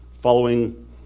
Following